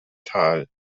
tal